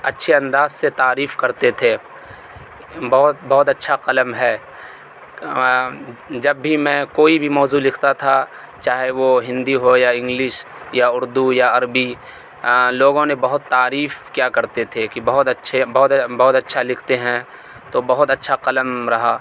اچّھے انداز سے تعریف کرتے تھے بہت بہت اچّھا قلم ہے جب بھی میں کوئی بھی موضوع لکھتا تھا چاہے وہ ہندی ہو یا انگلش یا اردو یا عربی لوگوں نے بہت تعریف کیا کرتے تھے کہ بہت اچّھے بہت بہت اچّھا لکھتے ہیں تو بہت اچّھا قلم رہا